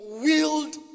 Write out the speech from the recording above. wield